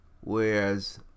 whereas